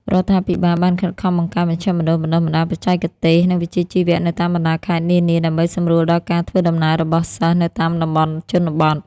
រដ្ឋាភិបាលបានខិតខំបង្កើតមជ្ឈមណ្ឌលបណ្តុះបណ្តាលបច្ចេកទេស និងវិជ្ជាជីវៈនៅតាមបណ្តាខេត្តនានា ដើម្បីសម្រួលដល់ការធ្វើដំណើររបស់សិស្សនៅតាមតំបន់ជនបទ។